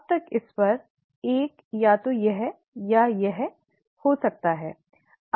अब तक इस पर 1 या तो यह या यह हो सकता है